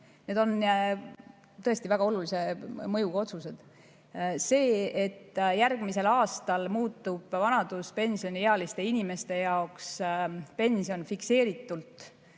need on tõesti väga olulise mõjuga otsused. Järgmisel aastal muutub vanaduspensioniealiste inimeste jaoks pension fikseeritult